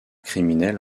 criminelle